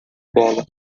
bola